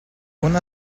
una